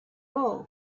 all